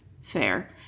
Fair